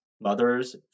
mothers